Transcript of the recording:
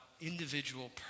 individual